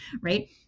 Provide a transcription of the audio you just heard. right